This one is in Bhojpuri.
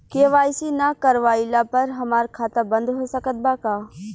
के.वाइ.सी ना करवाइला पर हमार खाता बंद हो सकत बा का?